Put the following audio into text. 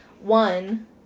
one